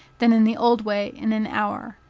than in the old way in an hour.